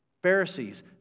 Pharisees